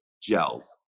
gels